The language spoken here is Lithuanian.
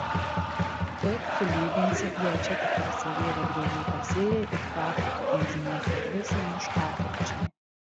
kaip sulyginsi jei čia tik prasigėrę griovių kasėjai ir prakaitu amžinai sudvisę miškakirčiai